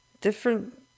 Different